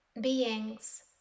beings